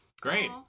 Great